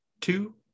two